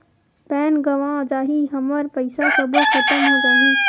Pan गंवा जाही हमर पईसा सबो खतम हो जाही?